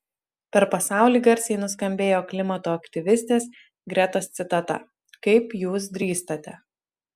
per pasaulį garsiai nuskambėjo klimato aktyvistės gretos citata kaip jūs drįstate